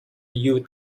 youth